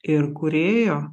ir kūrėjo